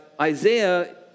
Isaiah